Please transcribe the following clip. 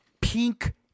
pink